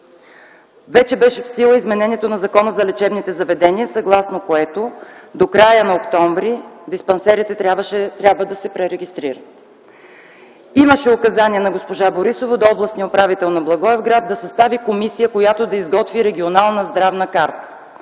Вече беше в сила изменението на Закона за лечебните заведения, съгласно което до края на м. октомври диспансерите трябва да се пререгистрират. Имаше указания на госпожа Борисова до областния управител на Благоевград да състави комисия, която да изготви регионална здравна карта.